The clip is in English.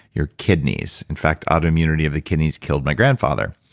your kidneys. in fact, autoimmunity of the kidneys killed my grandfather.